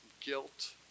guilt